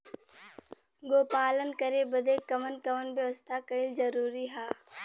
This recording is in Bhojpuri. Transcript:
गोपालन करे बदे कवन कवन व्यवस्था कइल जरूरी ह?